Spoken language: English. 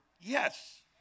Yes